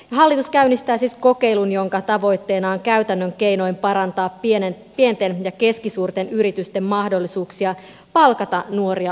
hallitus käynnistää siis kokeilun jonka tavoitteena on käytännön keinoin parantaa pienten ja keskisuurten yritysten mahdollisuuksia palkata nuoria oppisopimuskoulutukseen